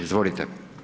Izvolite.